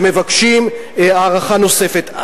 ומבקשים הארכה נוספת.